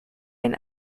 ein